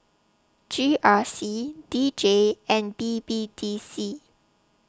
G R C D J and B B D C